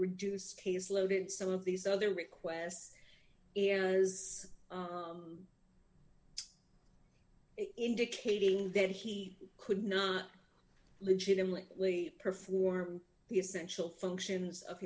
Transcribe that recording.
reduced caseload in some of these other requests areas indicating that he could not legitimately perform the essential functions of